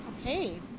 Okay